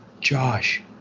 Josh